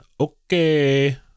Okay